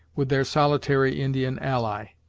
with their solitary indian ally.